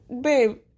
babe